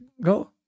go